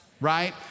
right